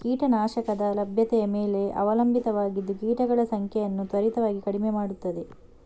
ಕೀಟ ನಾಶಕದ ಲಭ್ಯತೆಯ ಮೇಲೆ ಅವಲಂಬಿತವಾಗಿದ್ದು ಕೀಟಗಳ ಸಂಖ್ಯೆಯನ್ನು ತ್ವರಿತವಾಗಿ ಕಡಿಮೆ ಮಾಡುತ್ತದೆ